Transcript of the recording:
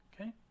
Okay